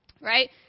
right